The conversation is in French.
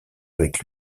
avec